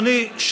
אדוני,